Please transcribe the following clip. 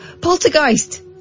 poltergeist